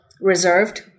reserved